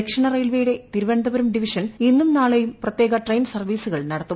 ദക്ഷിണ റെയിൽവേയുടെ തിരുവനന്തപുരം ഡിവിഷൻ ഇന്നും നാളെയും പ്രത്യേക പ്രെയിൻ സർവ്വീസുകൾ നടത്തും